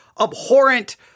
abhorrent